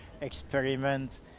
experiment